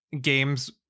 games